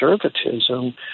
conservatism